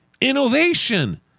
innovation